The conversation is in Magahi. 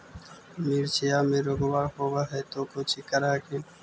मिर्चया मे रोग्बा होब है तो कौची कर हखिन?